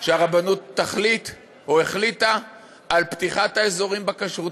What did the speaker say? שהרבנות תחליט או החליטה על פתיחת האזורים בכשרות.